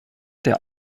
der